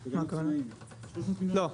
לא.